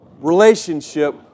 relationship